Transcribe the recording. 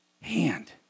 hand